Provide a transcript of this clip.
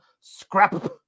scrap